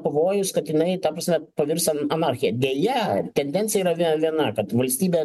pavojus kad jinau ta prasme pavirs anarchija deja tendencija yra vie viena kad valstybė